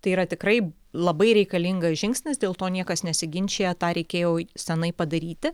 tai yra tikrai labai reikalingas žingsnis dėl to niekas nesiginčija tą reikėjo seniai padaryti